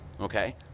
Okay